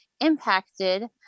impacted